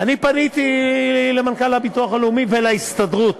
אני פניתי למנכ"ל הביטוח הלאומי ולהסתדרות.